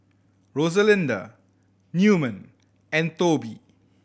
Rosalinda Newman and Toby